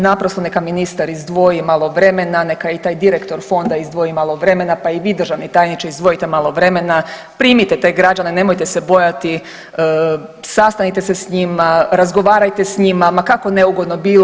Naprosto neka ministar izdvoji malo vremena, neka i taj direktor fonda izdvoji malo vremena, pa i vi državni tajniče izdvojite malo vremena primite te građane, nemojte se bojati, sastanite se s njima, razgovarajte s njima ma kako neugodno bilo.